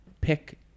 pick